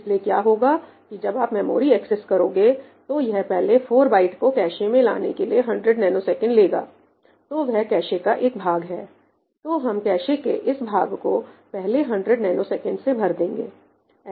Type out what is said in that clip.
इसलिए क्या होगा कि जब आप मेमोरी एक्सेस करोगे तो यह पहले 4 बाइट को कैशे में लाने के लिए 100 ns लेगा तो वह कैशे का एक भाग है तो हम कैशे के इस भाग को पहले 100 ns से भर देंगे